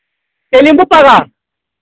تیٚلہِ یِمہٕ بہٕ پَگاہ